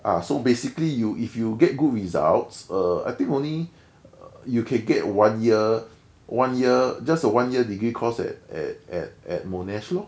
so basically you if you get good results err I think only you can get one year one year just a one year degree course at at at at monash lor